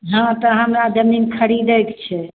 हँ तऽ हमरा जमीन खरीदैके छै